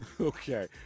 Okay